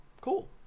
Cool